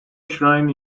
shrine